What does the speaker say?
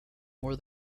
more